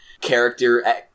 character